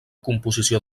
composició